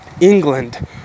England